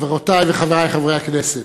חברותי וחברי חברי הכנסת,